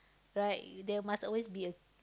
right there must always be a